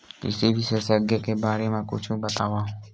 कृषि विशेषज्ञ के बारे मा कुछु बतावव?